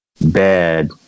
bad